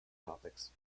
topics